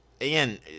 Again